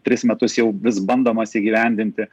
tris metus jau vis bandomas įgyvendinti